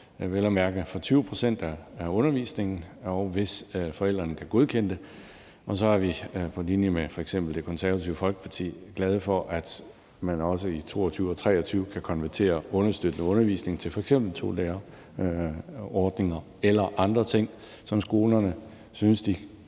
vel at mærke må udgøre højst 20 pct. af undervisningen, og hvis forældrene kan godkende det. Så er vi, på linje med f.eks. Det Konservative Folkeparti, glade for, at man også i 2022/23 kan konvertere understøttende undervisning til f.eks. tolærerordninger eller til andre ting, som skolerne synes de